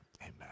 Amen